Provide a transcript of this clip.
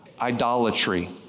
idolatry